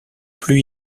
plus